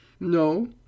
No